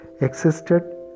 existed